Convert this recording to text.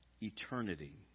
eternity